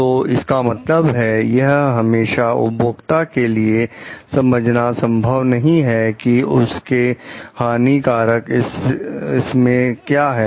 तो इसका मतलब है यह हमेशा उपभोक्ता के लिए समझना संभव नहीं है कि इसके हानिकारक इससे क्या है